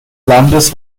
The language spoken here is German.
landes